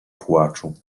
płaczu